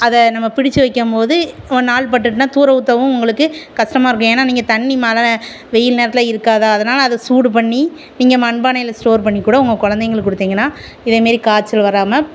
அதை நம்ம பிடிச்சி வைக்கும்போது ஒரு நாள் பட்டுட்னா தூர ஊத்தவும் உங்களுக்கு கஷ்டமா இருக்கும் ஏன்னா நீங்கள் தண்ணி மழை வெயில் நேரத்தில் இருக்காதா அதனால அதை சூடு பண்ணி நீங்கள் மண்பானையில ஸ்டோர் பண்ணிக்கூட உங்கள் கொழந்தைங்களுக்கு கொடுத்தீங்கன்னா இதேமாரி காய்ச்சல் வராமல்